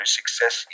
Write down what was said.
success